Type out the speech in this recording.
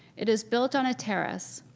it is built on a terrace,